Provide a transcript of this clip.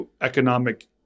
economic